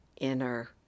inner